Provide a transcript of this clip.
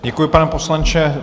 Děkuji, pane poslanče.